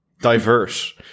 Diverse